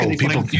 people